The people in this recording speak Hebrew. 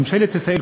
ממשלת ישראל,